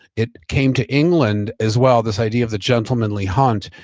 it came to england as well this idea of the gentlemanly hunt,